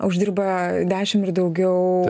uždirba dešim ir daugiau